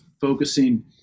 focusing